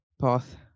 Path